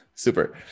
super